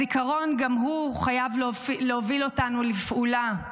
הזיכרון חייב גם הוא להוביל אותנו לפעולה,